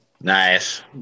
Nice